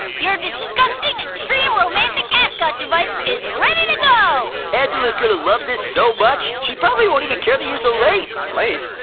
your disgusting extreme romantic ask-out ah device is ready to go. angela's going to love this so much, she probably won't even care that you're so late. late?